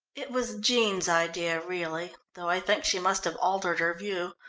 it was jean's idea, really, though i think she must have altered her view,